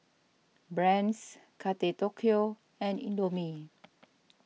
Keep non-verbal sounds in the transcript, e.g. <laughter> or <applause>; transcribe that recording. Brand's <unintelligible> Tokyo and Indomie